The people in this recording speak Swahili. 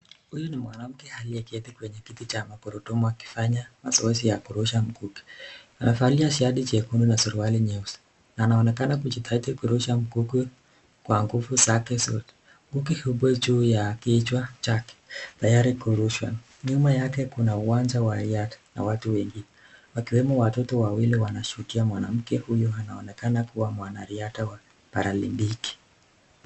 Huyu ni mwanamke aliyeketi kwenye kiti cha magurudumu akifanya mazoezi ya kurusha mkuki. Amevalia shati jekundu na suruali nyeusi, na anaonekana kujitahidi kurusha mkuki kwa nguvu zake zote. Mkuki uko juu ya kichwa chake tayari kurushwa. Nyuma yake kuna uwanja wa riadha na watu wawili wakiwemo watoto wawili wanashabikia mwanamke huyo anaonekana kuwa mwanariadha wa paralympic .